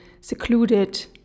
secluded